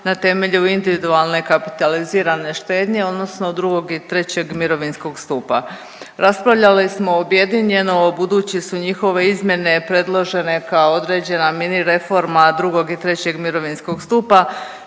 na temelju individualne kapitalizirane štednje, odnosno II. i III. mirovinskog stupa. Raspravljali smo objedinjeno budući su njihove izmjene predložene kao određena mini-reforma II. i III. mirovinskog stupa,